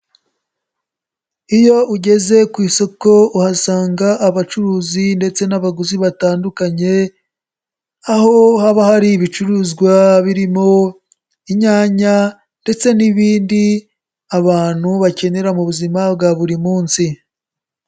Iyo ugeze ku isoko uhasanga abacuruzi ndetse n'abaguzi batandukanye, aho haba hari ibicuruzwa birimo inyanya ndetse n'ibindi abantu bakenera mu buzima bwa buri munsi.